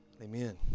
Amen